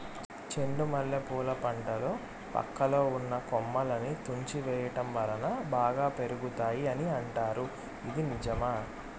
చెండు మల్లె పూల పంటలో పక్కలో ఉన్న కొమ్మలని తుంచి వేయటం వలన బాగా పెరుగుతాయి అని అంటారు ఇది నిజమా?